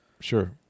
Sure